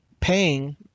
paying